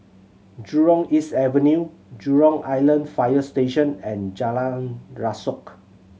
Jurong East Avenue Jurong Island Fire Station and Jalan Rasok